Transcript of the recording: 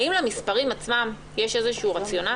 האם למספרים עצמם יש רציונל?